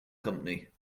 company